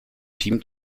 team